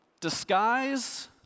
Disguise